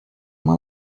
uma